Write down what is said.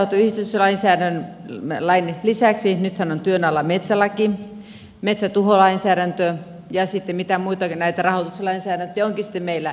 elikkä nythän tämän metsänhoitoyhdistyslain lisäksi on työn alla metsälaki metsätuholaki ja mitä muita näitä rahoituslainsäädäntöjä onkin sitten meillä meneillään